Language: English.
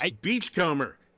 Beachcomber